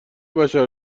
بشر